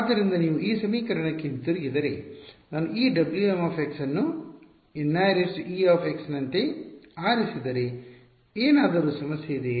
ಆದ್ದರಿಂದ ನೀವು ಈ ಸಮೀಕರಣಕ್ಕೆ ಹಿಂತಿರುಗಿದರೆ ನಾನು ಈ Wm ಅನ್ನು Nie ನಂತೆ ಆರಿಸಿದರೆ ಏನಾದರೂ ಸಮಸ್ಯೆ ಇದೆಯೇ